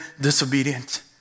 disobedient